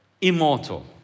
Immortal